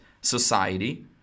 society